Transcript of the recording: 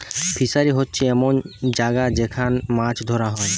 fishery হোচ্ছে এমন জাগা যেখান মাছ ধোরা হয়